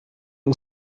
ont